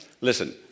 listen